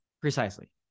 Precisely